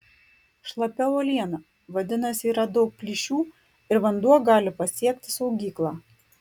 šlapia uoliena vadinasi yra daug plyšių ir vanduo gali pasiekti saugyklą